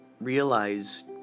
realize